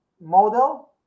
model